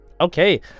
Okay